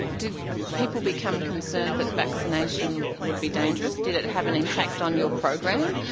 did people become concerned that vaccination would be dangerous? did it have an impact on your program?